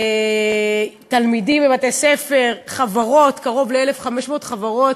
תלמידים בבתי-ספר, חברות, קרוב ל-1,500 חברות,